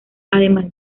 además